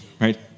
right